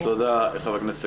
תודה, חבר הכנסת סגלוביץ'.